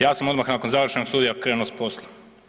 Ja sam odmah nakon završenog studija krenuo s poslom.